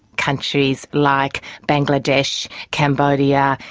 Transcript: countries like bangladesh, cambodia,